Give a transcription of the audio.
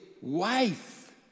wife